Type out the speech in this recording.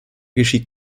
geschieht